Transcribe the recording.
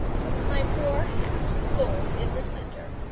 took my poor hat full in the centre.